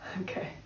Okay